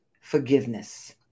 forgiveness